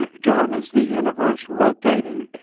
ah john is the universe rotating?